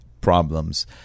problems